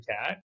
cat